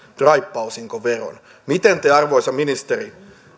raippaosinkoveron miten te arvoisa ministeri